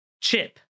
CHIP